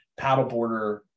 paddleboarder